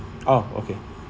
oh okay